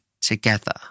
together